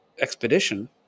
expedition